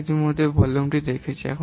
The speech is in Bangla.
আমরা ইতিমধ্যে সহজ ভলিউম দেখেছি